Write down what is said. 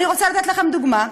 אני רוצה לתת לכם דוגמה,